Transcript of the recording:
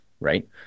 right